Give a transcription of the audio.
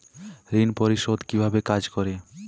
ঋণ পরিশোধ কিভাবে কাজ করে?